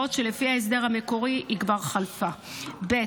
בעוד שלפי ההסדר המקורי היא כבר חלפה, ב.